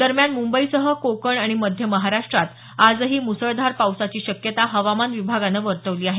दरम्यान मुंबईसह कोकण आणि मध्य महाराष्ट्रात आजही मुसळधार पावसाची शक्यता हवामान विभागानं वर्तवली आहे